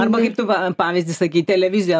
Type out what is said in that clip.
arba kaip tu va pavyzdį sakei televizija